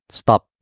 stop